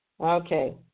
Okay